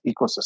ecosystem